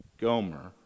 Gomer